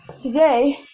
Today